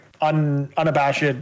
unabashed